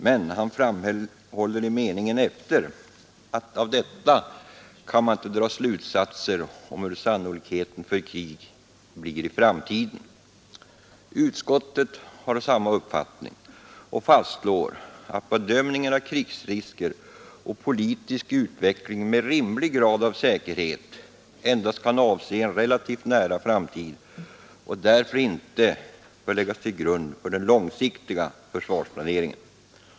Men han framhåller i meningen efter att av detta kan man inte dra slutsatser om hur sannolikheten för krig blir i framtiden. Utskottet har samma uppfattning och fastslår att bedömningen av krigsrisker och politisk utveckling med rimlig grad av säkerhet endast kan avse en relativt nära framtid och därför inte bör läggas till grund för den långsiktiga försvarsplaneringen.